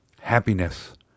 happiness